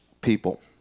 people